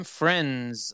friends